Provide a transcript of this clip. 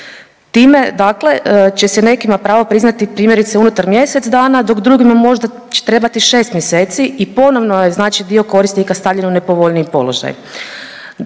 Time dakle će se nekima pravo priznati primjerice unutar mjesec dana, dok drugima možda će trebati 6 mjeseci i ponovno je znači dio korisnika stavljen u nepovoljniji položaj.